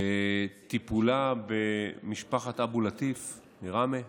בטיפולה במשפחת אבו לטיף מראמה,